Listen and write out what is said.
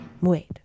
Wait